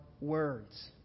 words